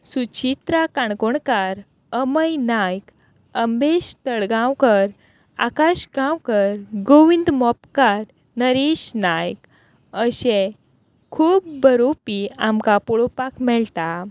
सुचित्रा काणकोणकार अमय नायक अमेश तळगांवकर आकाश गांवकर गोविंद मोपकार नरेश नायक अशे खूब बरोवपी आमकां पळोवपाक मेळटा